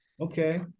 okay